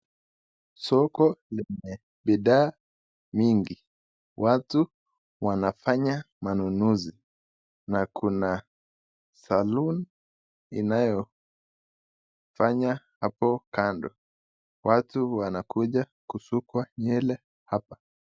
Soko lenye bidhaa mingi, watu wanafanya manunuzi na kuna saloon inayo fanya hapo kando, watu wanakuja kusukwa nywele hapa.